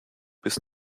bis